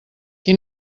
qui